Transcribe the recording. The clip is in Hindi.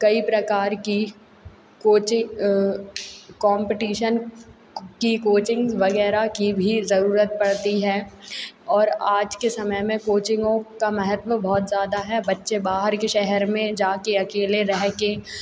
कई प्रकार की कोचिंग कांपटीशन क की कोचिंग वगैरह की भी जरूरत पड़ती है और आज के समय में कोचिंगो का महत्व बहुत ज्यादा है बच्चे बाहर के शहर में जाकर अकेले रह कर